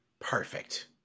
perfect